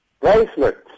Bracelets